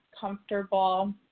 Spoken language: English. comfortable